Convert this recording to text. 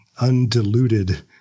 undiluted